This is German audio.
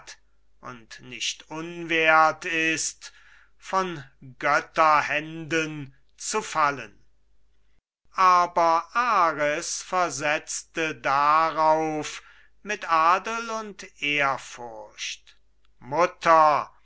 und nicht unwert ist von götterhänden zu fallen aber ares versetzte darauf mit adel und ehrfurcht mutter